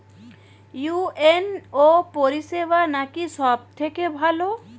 UNO পরিসেবা নাকি সব থেকে ভালো?